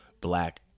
black